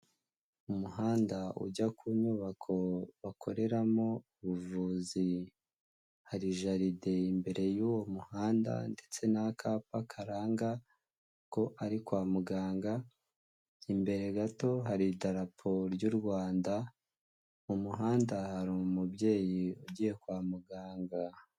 Umuhanda ujya ku nyubako bakoreramo ubuvuzi, hari jaride imbere y'uwo muhanda ndetse n'akapa karanga ko ari kwa muganga. Imbere gato hari idarapo ry'u Rwanda, mu muhanda hari umubyeyi ugiye kwa muganga.